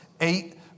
eight